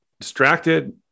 distracted